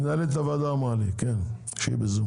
בסדר, מנהלת הוועדה אמרה לי שהם בזום.